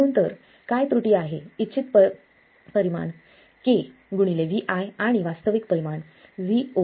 म्हणून तर काय त्रुटी आहे इच्छित परिमाण kVi आणि वास्तविक परिमाण Vo